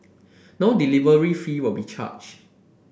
no delivery fee will be charged